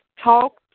talk